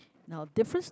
now difference